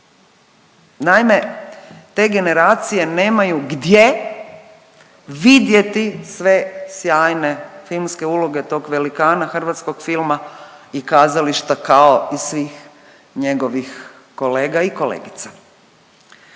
Naime, te generacije nemaju gdje vidjeti sve sjajne filmske uloge tog velikana hrvatskog filma i kazališta, kao i svih njegovih kolega i kolegica.